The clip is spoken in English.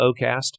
OCAST